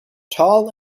tall